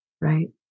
Right